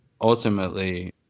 ultimately